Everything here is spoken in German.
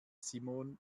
simone